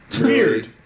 Weird